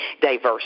diverse